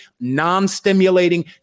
non-stimulating